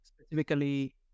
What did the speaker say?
Specifically